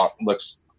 looks